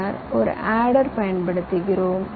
பின்னர் ஒரு ஆடர் பயன்படுத்துகிறோம்